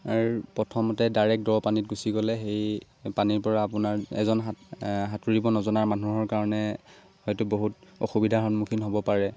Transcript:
প্ৰথমতে ডাইৰেক্ট দ পানীত গুচি গ'লে সেই পানীৰপৰা আপোনাৰ এজন সাঁতুৰিব নজনাৰ মানুহৰ কাৰণে হয়তো বহুত অসুবিধাৰ সন্মুখীন হ'ব পাৰে